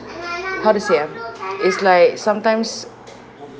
how to say ah is like sometimes